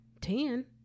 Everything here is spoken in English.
ten